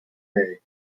day